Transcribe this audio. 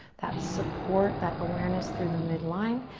that support that awareness through the midline.